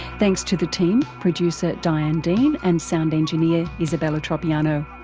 thanks to the team, producer diane dean and sound engineer isabella tropiano.